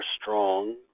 strong